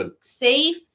safe